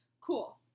cool